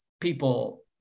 people